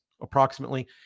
approximately